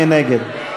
מי נגד?